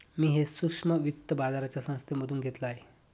मी हे सूक्ष्म वित्त बाजाराच्या संस्थेमधून घेतलं आहे